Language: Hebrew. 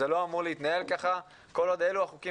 זה לא אמור להתנהל כך כל עוד אלו החוקים